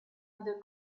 other